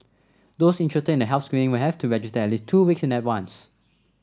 those interested in the health screening will have to register at least two week in advance